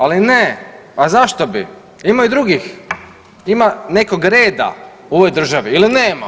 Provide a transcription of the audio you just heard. Ali ne, a zašto bi, ima i drugih, ima nekog reda u ovoj državi ili nema?